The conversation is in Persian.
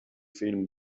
فیلم